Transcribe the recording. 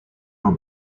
were